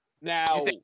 Now